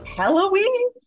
Halloween